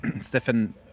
stefan